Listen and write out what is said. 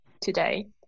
today